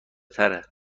تره